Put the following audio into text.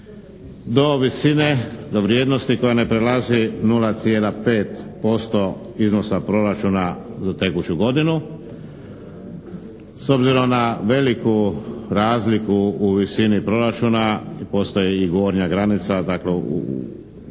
do visine, do vrijednosti koja ne prelazi 0,5% iznosa proračuna za tekuću godinu. S obzirom na veliku razliku u visini proračuna postoji i gornja granica, dakle,